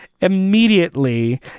immediately